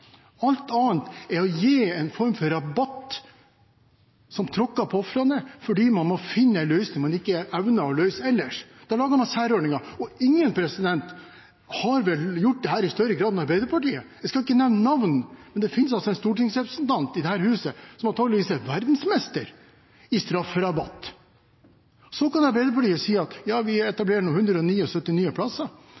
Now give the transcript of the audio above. Alt annet er å gi en form for rabatt, som tråkker på ofrene, fordi man må finne en løsning på noe man ikke evner å løse ellers. Da lager man særordninger. Ingen har vel gjort dette i større grad enn Arbeiderpartiet. Jeg skal ikke nevne navn, men det finnes en stortingsrepresentant i dette huset som antakeligvis er verdensmester i strafferabatt. Så kan Arbeiderpartiet si at ja, vi etablerer nå 179 nye plasser.